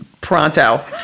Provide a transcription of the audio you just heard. pronto